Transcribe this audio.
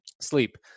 sleep